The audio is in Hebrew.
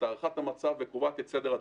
את הערכת המצב וקובעת את סדר העדיפות.